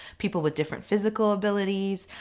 people with different physical abilities,